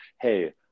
Hey